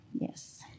Yes